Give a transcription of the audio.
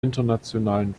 internationalen